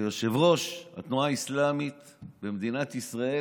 שיושב-ראש התנועה האסלאמית במדינת ישראל